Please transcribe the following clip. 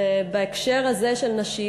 בהקשר הזה של נשים,